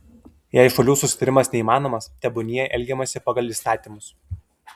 jei šalių susitarimas neįmanomas tebūnie elgiamasi pagal įstatymus